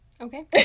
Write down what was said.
Okay